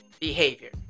behavior